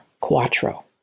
Quattro